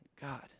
God